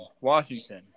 Washington